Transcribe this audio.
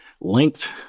linked